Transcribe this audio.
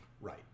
Right